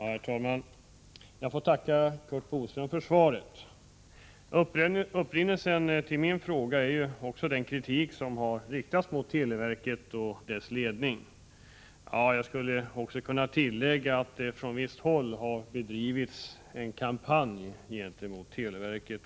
Herr talman! Jag får tacka Curt Boström för svaret. Även min fråga föranleddes av den kritik som har riktats mot televerket och dess ledning. Jag kan också tillägga att det från visst håll har bedrivits en kampanj mot televerket.